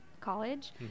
college